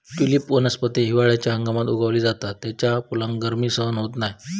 tulip वनस्पती हिवाळ्याच्या हंगामात उगवली जाता त्याच्या फुलाक गर्मी सहन होत नाय